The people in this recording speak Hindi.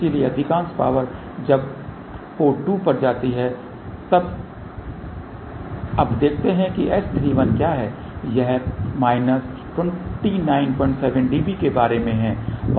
इसलिए अधिकांश पावर तब पोर्ट 2 पर जाती है अब देखते हैं कि S31 क्या है यह माइनस 297 dB के बारे में है